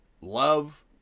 love